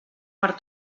per